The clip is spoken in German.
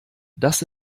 das